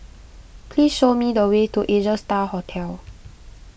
please show me the way to Asia Star Hotel